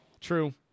True